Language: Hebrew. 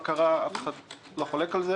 אף אחד לא חולק על זה,